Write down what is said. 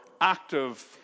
active